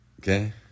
Okay